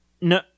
No